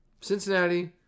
Cincinnati